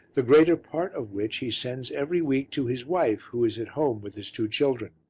the greater part of which he sends every week to his wife who is at home with his two children.